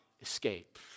escape